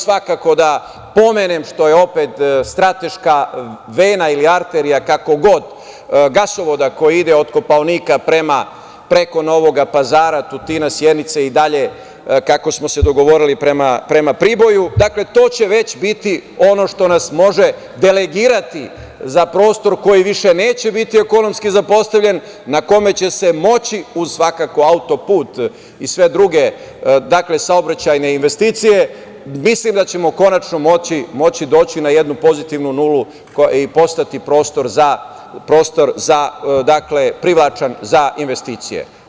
Svakako da pomenem, što je opet strateška vena, ili arterija, kako god, gasovoda koji ide od Kopaonika preko Novog Pazara, Tutina, Sjenice i dalje, kako smo se dogovorili, prema Priboju, dakle, to će već biti, ono što nas može delegirati za prostor koji više neće biti ekonomski zapostavljen, na kome će se moći, uz svakako autoput i sve druge saobraćajne investicije, doći na jednu pozitivnu nulu i postati privlačan prostor za investicije.